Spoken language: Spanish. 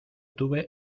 tuve